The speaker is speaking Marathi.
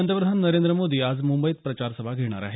पंतप्रधान नरेंद्र मोदी आज मुंबईत प्रचारसभा घेणार आहेत